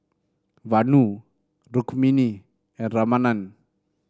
Vanu Rukmini and Ramanand